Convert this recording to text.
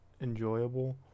enjoyable